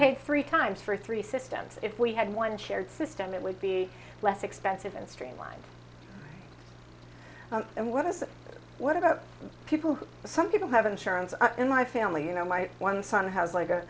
paid three times for three systems if we had one shared system it would be less expensive and streamlined and what does it what about people who some people have insurance in my family you know my one son has like a